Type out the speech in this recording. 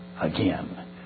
again